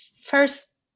First